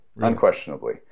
unquestionably